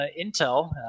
Intel